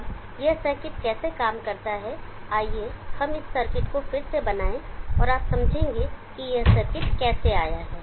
अब यह सर्किट कैसे काम करता है आइए हम इस सर्किट को फिर से बनाएं और आप समझेंगे कि यह सर्किट कैसे आया है